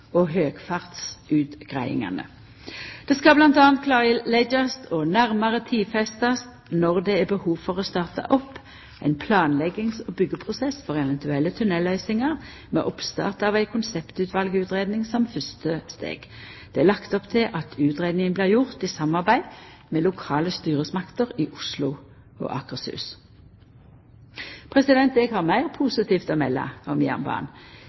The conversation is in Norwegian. og høgfartsutgreiingane. Det skal m.a. klarleggjast og nærmare tidfestast når det er behov for å starta opp ein planleggings- og byggjeprosess for eventuelle tunnelløysingar, med oppstart av ei konseptvalutgreiing som fyrste steg. Det er lagt opp til at utgreiinga blir gjort i samarbeid med lokale styresmakter i Oslo og Akershus. Eg har meir positivt å melda om